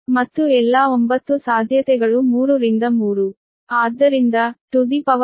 ಮತ್ತು ಎಲ್ಲಾ 9 ಸಾಧ್ಯತೆಗಳು 3 ರಿಂದ 3